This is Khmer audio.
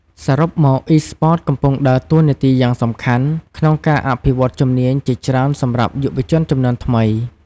សរុបមក Esports កំពុងដើរតួនាទីយ៉ាងសំខាន់ក្នុងការអភិវឌ្ឍជំនាញជាច្រើនសម្រាប់យុវជនជំនាន់ថ្មី។